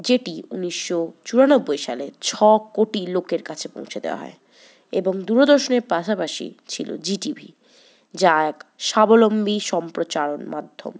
যেটি উনিশশো চুরানব্বই সালে ছ কোটি লোকের কাছে পৌঁছে দেওয়া হয় এবং দূরদর্শনের পাশাপাশি ছিলো জি টিভি যা এক স্বাবলম্বী সম্প্রচারণ মাধ্যম